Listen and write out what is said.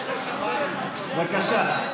בבקשה.